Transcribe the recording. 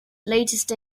latest